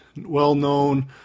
well-known